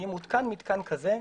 שאם הותקן מתקן כזה,